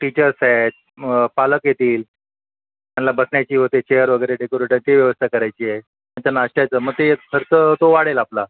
teachers आहेत मग पालक येतील त्यांना बसण्याची व ते चेअर वगैरे डेकोरेटिव ती व्यवस्था करायची आहे त्यांच्या नाष्ट्याच मं ते खर्च तो वाढेल आपला